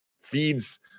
feeds